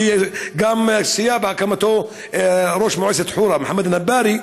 וגם סייע בהקמתו ראש מועצת חורה מוחמד אלנבארי,